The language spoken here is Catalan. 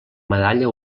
medalla